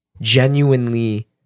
genuinely